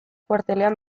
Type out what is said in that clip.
kuartelean